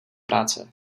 práce